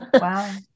wow